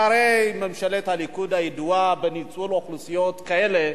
והרי ממשלת הליכוד, הידועה בניצול אוכלוסיות כאלה,